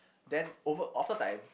then over time